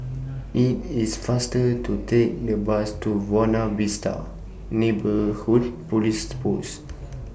IT IS faster to Take The Bus to Wona Vista Neighbourhood Police Post